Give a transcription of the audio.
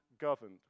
governed